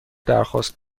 درخواست